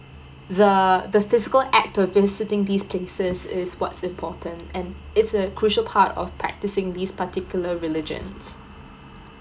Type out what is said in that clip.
the the physical act of visiting these places is whats important and it's a crucial part of practicing these particular religions